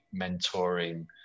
mentoring